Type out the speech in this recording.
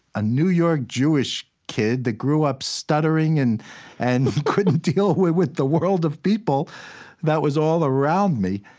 a new york jewish kid that grew up stuttering and and couldn't deal with with the world of people that was all around me.